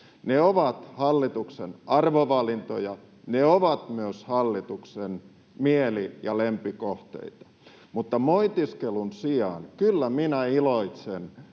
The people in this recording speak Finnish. Ne ovat hallituksen arvovalintoja, ja ne ovat myös hallituksen mieli- ja lempikohteita, mutta moitiskelun sijaan kyllä minä iloitsen